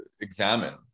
examine